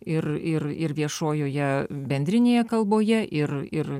ir ir ir viešojoje bendrinėje kalboje ir ir